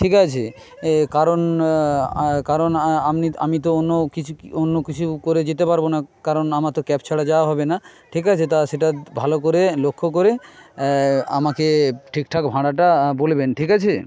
ঠিক আছে কারণ কারণ আমি তো অন্য কিছু অন্য কিছু করে যেতে পারবো না কারণ আমার তো ক্যাব ছাড়া যাওয়া হবে না ঠিক আছে তা সেটা ভালো করে লক্ষ্য করে আমাকে ঠিকঠাক ভাড়াটা বলবেন ঠিক আছে